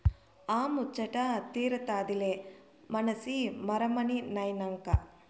ఆ ముచ్చటా తీరతాదిలే మనసి మరమనినైనంక